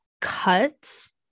cuts